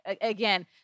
again